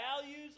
values